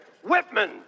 Whitman